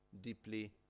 deeply